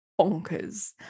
bonkers